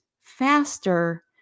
faster